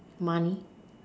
money